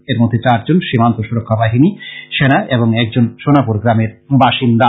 এরমধ্যে চার জন সীমান্ত সুরক্ষা বাহিনীর সেনা এবং একজন সোনাপুর গ্রামের বাসিন্দা